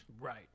Right